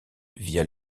via